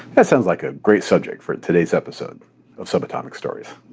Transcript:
that sounds like a great subject for today's episode of subatomic stories.